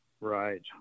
Right